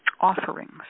offerings